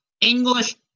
English